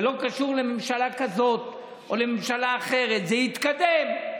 זה לא קשור לממשלה כזאת או לממשלה אחרת, זה התקדם.